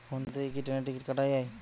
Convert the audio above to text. Phone থেকে কি ট্রেনের টিকিট কাটা য়ায়?